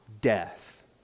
death